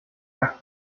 las